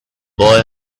boy